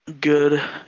Good